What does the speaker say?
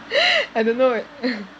I don't know eh